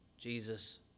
Jesus